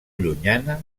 llunyana